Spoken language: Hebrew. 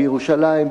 בירושלים,